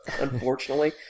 unfortunately